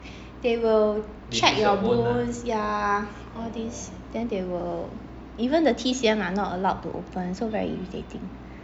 they will check your bones ya all this then they will even the T_C_M are not allowed to open so very irritating